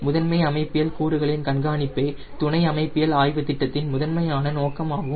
முதன்மை அமைப்பியல் கூறுகளின் கண்காணிப்பே துணை அமைப்பியல் ஆய்வுத் திட்டத்தின் முதன்மையான நோக்கமாகும்